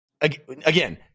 Again